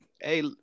Hey